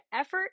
effort